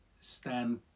stand